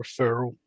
referral